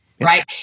right